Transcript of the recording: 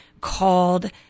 called